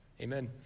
Amen